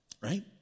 right